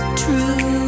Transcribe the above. true